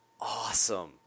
awesome